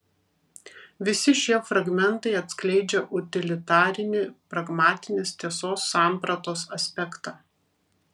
visi šie fragmentai atskleidžia utilitarinį pragmatinės tiesos sampratos aspektą